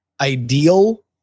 ideal